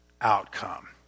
outcome